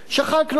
שחקנו אותו,